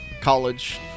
college